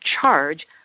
charge